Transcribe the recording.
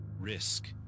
risk